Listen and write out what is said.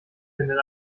findet